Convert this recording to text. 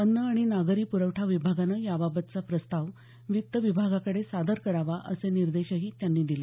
अन्न आणि नागरी प्रवठा विभागानं याबाबतचा प्रस्ताव वित्त विभागाकडे सादर करावा असे निर्देशही त्यांनी दिले